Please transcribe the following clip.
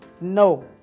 No